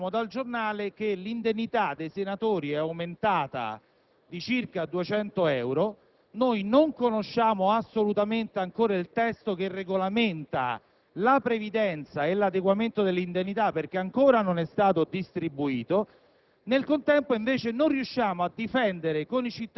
Ora, i miei colleghi e io scopriamo dal giornale che l'indennità dei senatori è aumentata di circa 200 euro, noi non conosciamo assolutamente ancora il testo che regolamenta la previdenza e l'adeguamento dell'indennità perché ancora non è stato distribuito,